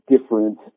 different